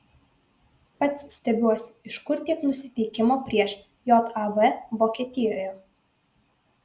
pats stebiuosi iš kur tiek nusiteikimo prieš jav vokietijoje